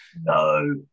No